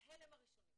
ההלם הראשוני